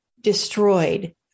destroyed